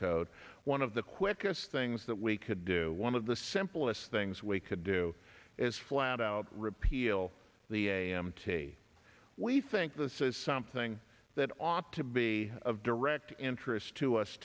code one of the quickest things that we could do one of the simplest things we could do is flat out repeal the a m t we think this is something that ought to be of direct interest to us